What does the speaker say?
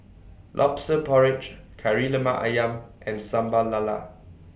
Lobster Porridge Kari Lemak Ayam and Sambal Lala